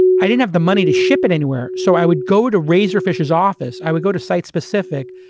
i didn't have the money to ship it anywhere. so i would go to razorfish's office, i would go to site specific,